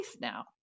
now